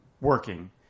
working